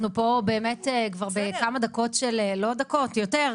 אנחנו פה באמת כבר בכמה דקות, יותר,